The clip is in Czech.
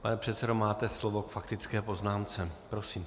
Pane předsedo, máte slovo k faktické poznámce, prosím.